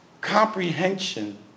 comprehension